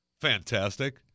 Fantastic